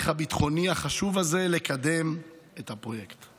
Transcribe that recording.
הביטחוני החשוב הזה לקדם את הפרויקט.